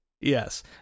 Yes